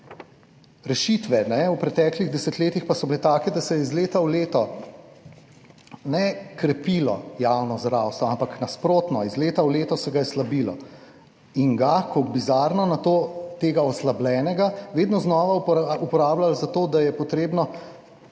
kajne, v preteklih desetletjih pa so bile take, da se je iz leta v leto ne krepilo javno zdravstvo, ampak nasprotno, iz leta v leto se ga je slabilo in ga kot bizarno na to, tega oslabljenega vedno znova uporabljali za to, da je potrebno